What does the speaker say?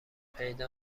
پیدا